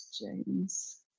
James